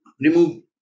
remove